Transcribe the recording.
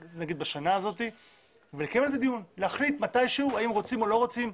בשנה הזו לקיים על זה דיון ולהחליט מתישהו האם רוצים או לא רוצים.